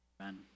Amen